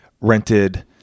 rented